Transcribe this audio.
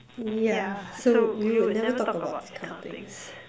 yeah so we would never talk about these kind of things